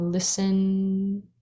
Listen